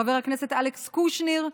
לחבר הכנסת אלכס קושניר,